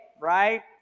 right